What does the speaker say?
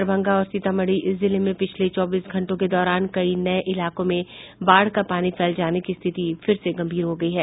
दरभंगा और सीतामढ़ी जिले में पिछले चौबीस घंटों के दौरान कई नये इलाकों में बाढ़ का पानी फैल जाने से स्थिति फिर से गंभीर हो गई है